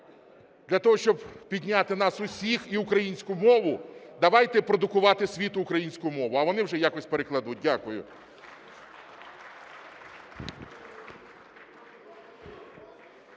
для того, щоб підняти нас усіх і українську мову, давайте продукувати світу українську мову, а вони вже якось перекладуть. Дякую.